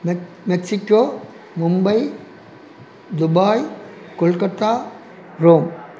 Mexico Mumbai Dubai Kolkata Rome